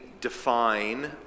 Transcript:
define